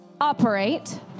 operate